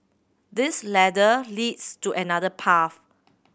this ladder leads to another path